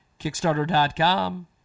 Kickstarter.com